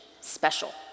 special